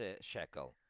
shekel